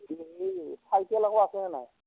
হেৰি এই চাইকেল আকৌ আছে নে নাই